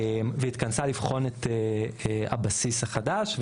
והתכנסה לבחון את הבסיס החדש,